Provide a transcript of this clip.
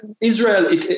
Israel